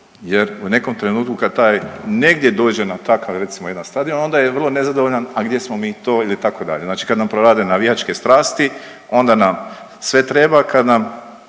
jer u nekom trenutku kad taj negdje dođe na takav recimo jedan stadion onda je vrlo nezadovoljan, a gdje smo mi to ili tako dalje, znači kad nam prorade navijačke strasti onda nam sve treba, kad nam